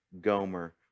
Gomer